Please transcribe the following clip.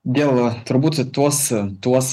dėl to turbūt tuos tuos